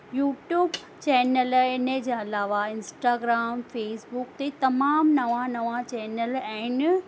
YouTube channel इन जे अलावा इंस्टाग्राम फेसबुक ते तमामु नवा नवा चैनल आहिनि